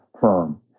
firm